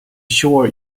sure